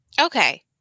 okay